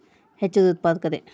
ಹೆಚ್ಚಿದ ಉತ್ಪಾದಕತೆ